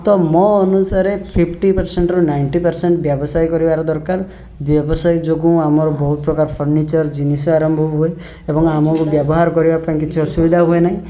ତ ମୋ ଅନୁସାରେ ଫିଫ୍ଟି ପରସେଣ୍ଟ୍ରୁ ନାଇଁଣ୍ଟି ପରସେଣ୍ଟ୍ ବ୍ୟବସାୟ କରିବାରେ ଦରକାର ବ୍ୟବସାୟ ଯୋଗୁଁ ଆମର ବହୁତ ପ୍ରକାର ଫର୍ଣ୍ଣିଚର୍ ଜିନିଷ ଆରମ୍ଭ ହୁଏ ଏବଂ ଆମକୁ ବ୍ୟବହାର କରିବା ପାଇଁ କିଛି ଅସୁବିଧା ହୁଏନାହିଁ